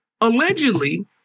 allegedly